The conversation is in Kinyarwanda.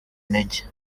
intege